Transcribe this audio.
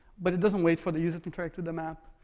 but it doesn't wait for the user to track to the map.